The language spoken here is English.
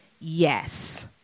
yes